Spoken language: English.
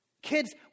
Kids